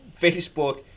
Facebook